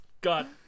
got